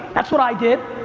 that's what i did.